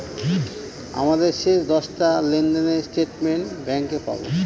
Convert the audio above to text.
আমাদের শেষ দশটা লেনদেনের স্টেটমেন্ট ব্যাঙ্কে পাবো